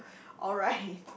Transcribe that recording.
alright